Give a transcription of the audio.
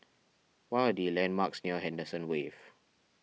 what are the landmarks near Henderson Wave